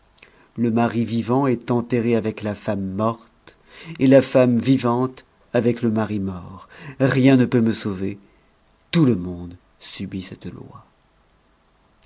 le mari vivant est enterré avec la femme morte et la femme vivante avec le mari mort rien ne peut me sauver tout le monde subit cette loi